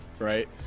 Right